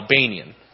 Albanian